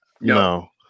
No